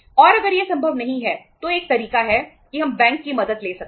और अगर यह संभव नहीं है तो एक तरीका है कि हम बैंक की मदद ले सकते हैं